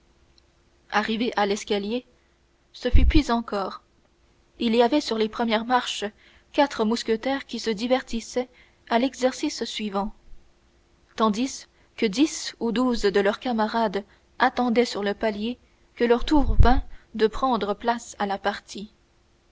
arrivé à l'escalier ce fut pis encore il y avait sur les premières marches quatre mousquetaires qui se divertissaient à l'exercice suivant tandis que dix ou douze de leurs camarades attendaient sur le palier que leur tour vînt de prendre place à la partie